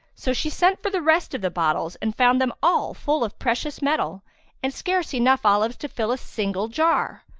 so she sent for the rest of the bottles and found them all full of precious metal and scarce enough olives to fill a single jar.